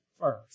first